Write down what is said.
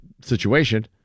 situation